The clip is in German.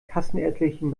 kassenärztlichen